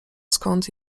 skąd